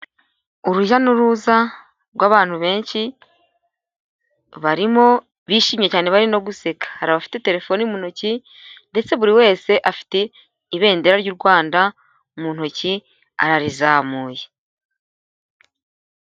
Urujya n'uruza rw'abantu benshi barimo bishimye cyane bari no guseka, hari abafite telefoni mu ntoki ndetse buri wese afite ibendera ry'u Rwanda mu ntoki ararizamuye.